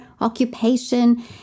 occupation